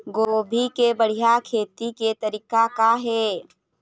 गोभी के बढ़िया खेती के तरीका का हे?